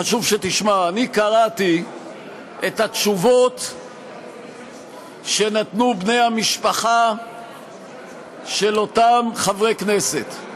חשוב שתשמע: אני קראתי את התשובות שנתנו בני המשפחה של אותם חברי כנסת,